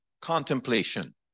contemplation